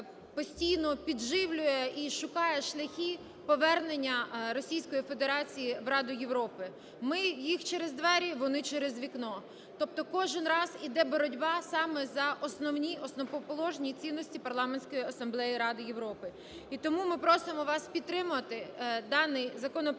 постійно підживлює і шукає шляхи повернення Російської Федерації в Раду Європи. Ми їх через двері - вони через вікно. Тобто кожен раз йде боротьба саме за основні, основоположні цінності Парламентської асамблеї ради Європи. І тому ми просимо вас підтримати даний законопроект